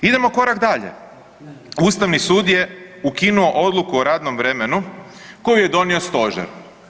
Idemo korak dalje, Ustavni sud je ukinuo odluku o radnom vremenu koju je donio Stožer.